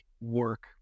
work